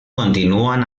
continúan